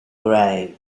grey